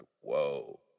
whoa